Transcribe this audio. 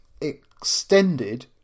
extended